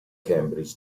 cambridge